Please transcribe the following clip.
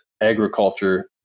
agriculture